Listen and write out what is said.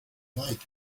might